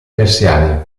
persiani